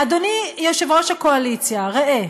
אבל אדוני יושב-ראש הקואליציה, ראה,